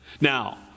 Now